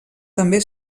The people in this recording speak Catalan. també